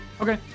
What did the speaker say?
Okay